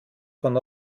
von